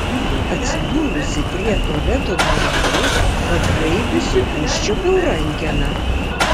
atsidūrusi prie tualeto durelių pagraibiusi užčiuopiau rankeną